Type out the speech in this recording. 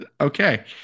Okay